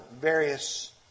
various